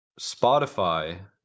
Spotify